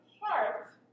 heart